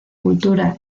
cultura